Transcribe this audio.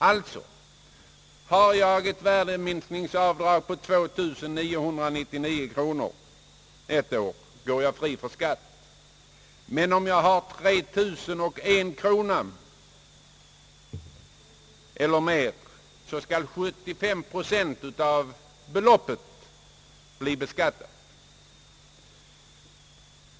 Alltså — har jag ett värdeminskningsavdrag på 2999 kronor ett år går jag fri från skatt, men om jag har 3 001 kronor eller mer, skall 75 procent av beloppet bli beskattat.